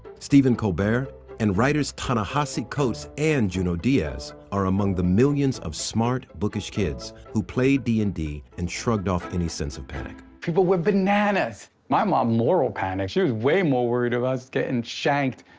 stephen colbert and writers ta-nehesi coates and junot diaz are among the millions of smart, bookish kids who played d and d and shrugged off any sense of panic. people went bananas! my mom, moral panic? she was way more worried about us gettin' shanked,